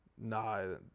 no